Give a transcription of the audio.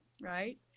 right